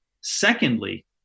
Secondly